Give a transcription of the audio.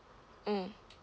mm